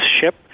ship